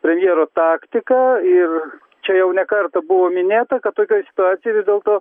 premjero taktika ir čia jau ne kartą buvo minėta kad tokioj situacijoj vis dėlto